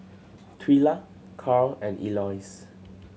Twila Karl and Elois